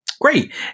Great